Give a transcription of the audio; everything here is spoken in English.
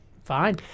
fine